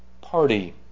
party